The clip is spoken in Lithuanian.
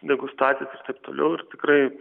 degustacijas ir taip toliau ir tikrai